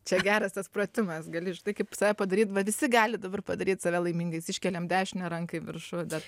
čia geras tas pratimas gali žinai kaip save padaryt va visi gali dabar padaryt save laimingais iškeliam dešinę ranką į viršų bet